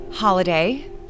Holiday